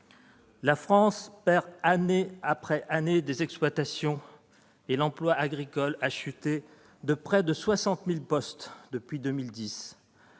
La France perd, année après année, des exploitations, et l'emploi agricole a chuté de près de 60 000 postes depuis 2010.